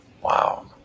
Wow